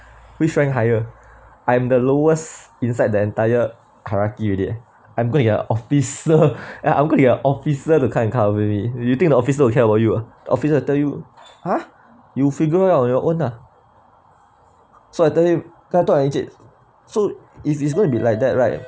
which ranked higher I am the lowest inside the entire hierarchy already I'm gonna get a officer I'm gonna get a officer to come and cover me you think the office look here while you officer tell you ha you figure out on your own lah so I tell him encik so it's it's gonna be like that right